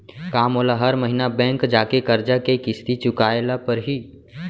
का मोला हर महीना बैंक जाके करजा के किस्ती चुकाए ल परहि?